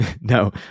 No